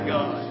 God